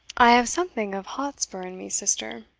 i have something of hotspur in me, sister,